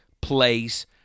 place